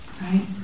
Right